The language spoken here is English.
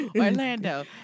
Orlando